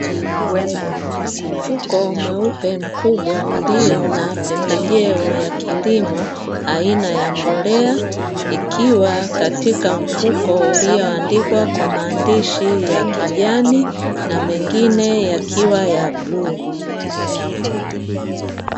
Mfuko mweupe mkubwa ulio na pembejeo ya kilimo aina ya mboleo, ikiwa katika mfuko ulioandikwa kwa maandishi ya kijani na mengine yakiwa ya bluu.